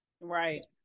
Right